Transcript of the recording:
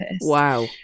Wow